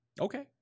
Okay